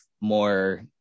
more